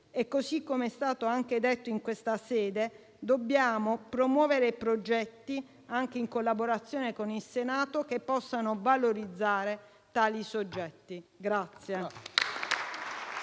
Come è stato detto anche in questa sede, dobbiamo promuovere progetti - anche in collaborazione con il Senato - che possano valorizzare tali soggetti.